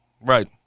Right